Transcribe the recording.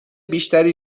بیشتری